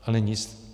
Ale nic.